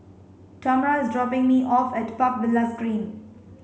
Tamra is dropping me off at Park Villas Green